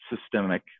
systemic